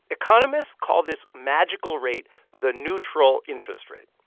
economists call this magical rate the neutral interest rate.